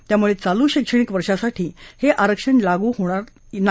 त्यामुळे चालू शक्षणिक वर्षासाठी हे आरक्षण लागू करता येणार नाही